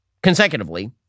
consecutively